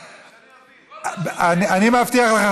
אני מבטיח לך,